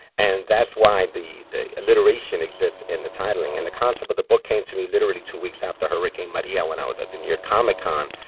and that's why the the alliteration exists in the titling and the concept of the book came to me literally two weeks after hurricane maria when i was at the new york comic con,